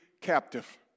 captive